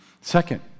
Second